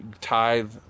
tithe